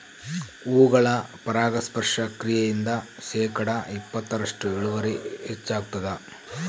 ಹೂಗಳ ಪರಾಗಸ್ಪರ್ಶ ಕ್ರಿಯೆಯಿಂದ ಶೇಕಡಾ ಇಪ್ಪತ್ತರಷ್ಟು ಇಳುವರಿ ಹೆಚ್ಚಾಗ್ತದ